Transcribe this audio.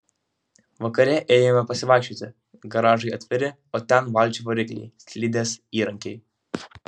vakare ėjome pasivaikščioti garažai atviri o ten valčių varikliai slidės įrankiai